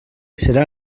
serà